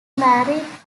married